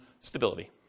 stability